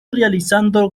realizando